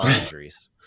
injuries